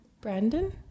Brandon